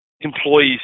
employees